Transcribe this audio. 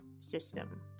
system